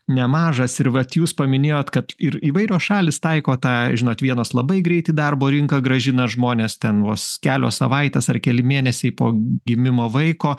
nemažas ir vat jūs paminėjot kad ir įvairios šalys taiko tą žinot vienos labai greit į darbo rinką grąžina žmones ten vos kelios savaitės ar keli mėnesiai po gimimo vaiko